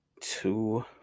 two